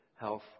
health